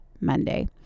Monday